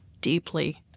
deeply